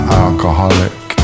alcoholic